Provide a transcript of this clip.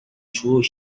through